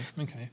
okay